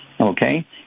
Okay